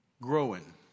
growing